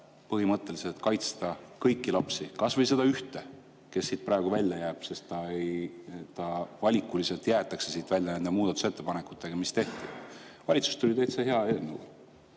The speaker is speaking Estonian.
põhimõtteliselt kaitsta kõiki lapsi, kas või seda ühte, kes siit praegu välja jääb, ta valikuliselt jäetakse siit välja nende muudatusettepanekutega, mis tehti – valitsus tuli täitsa hea eelnõuga,